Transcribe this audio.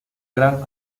gran